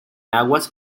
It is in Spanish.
aguas